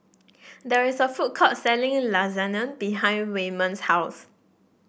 there is a food court selling Lasagne behind Waymon's house